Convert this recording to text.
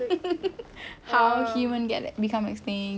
how human get become extinct